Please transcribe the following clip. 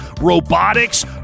robotics